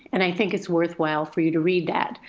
and i think it's worthwhile for you to read that.